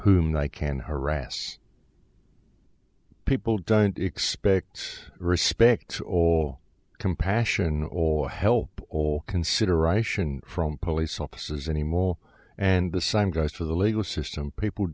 whom i can harass people don't expect respect or compassion or help or consideration from police officers any more and the same goes for the legal system people